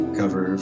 cover